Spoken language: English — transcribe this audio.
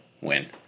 win